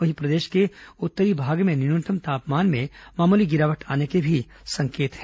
वहीं प्रदेश के उत्तरी भाग में न्यूनतम तापमान में मामूली गिरावट आने के भी संकेत हैं